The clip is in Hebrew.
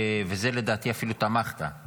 בזה לדעתי אפילו תמכת,